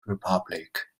republic